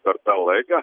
per tą laiką